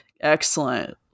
Excellent